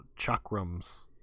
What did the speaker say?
chakrams